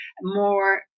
more